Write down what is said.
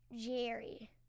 Jerry